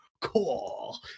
cool